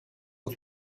auf